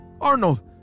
Arnold